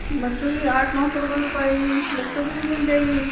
बच्चों की आठ नौ सौ रुपये में पड़ेगी बच्चों की भी मिल जाएगी